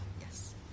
yes